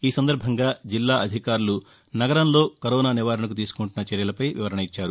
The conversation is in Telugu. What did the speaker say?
ఈ సందర్భంగా జిల్లా అధికారులు నగరంలో కరోనా నివారణకు తీసుకుంటున్న చర్యలపై వివరణ ఇచ్చారు